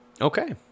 Okay